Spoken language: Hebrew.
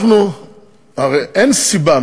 הרי אין סיבה.